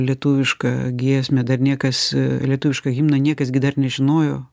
lietuvišką giesmę dar niekas lietuviško himno niekas gi dar nežinojo